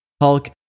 hulk